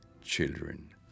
children